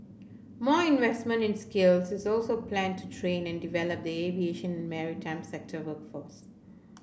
more investment in skills is also planned to train and develop the aviation maritime sector workforce